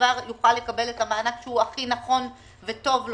יוכל לקבל את המענק שהוא הכי נכון וטוב לו.